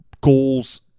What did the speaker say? goals